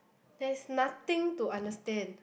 there's nothing to understand